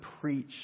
preach